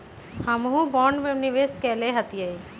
हमहुँ बॉन्ड में निवेश कयले हती